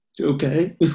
okay